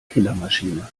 killermaschine